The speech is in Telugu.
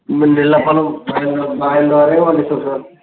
మేము నీళ్ళ పొలం బావిల ద్వారానే పండిస్తాం సార్